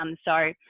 um sorry,